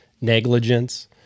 negligence